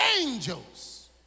angels